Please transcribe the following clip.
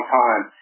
time